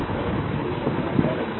तो यह v0 3 i स्थानापन्न इक्वेशन 2